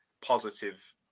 positive